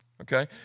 Okay